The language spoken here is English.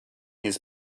his